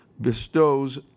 bestows